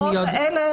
ההוראות האלה,